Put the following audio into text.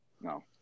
No